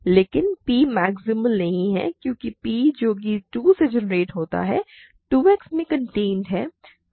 लेकिन P maximal नहीं है क्योंकि P जो कि 2 से जेनेरेट होता है 2 X में कॉन्टेंड है